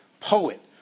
poet